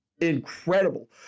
incredible